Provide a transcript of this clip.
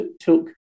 took